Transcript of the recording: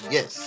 Yes